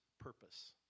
purpose